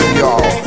y'all